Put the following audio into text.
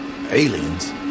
Aliens